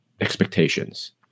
expectations